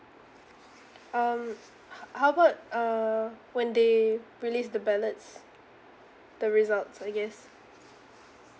um how how about uh when they release the ballots the result I guess